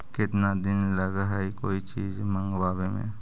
केतना दिन लगहइ कोई चीज मँगवावे में?